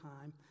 time